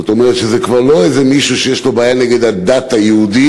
זאת אומרת שזה כבר לא איזה מישהו שיש לו בעיה נגד הדת היהודית,